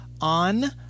on